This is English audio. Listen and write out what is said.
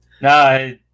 No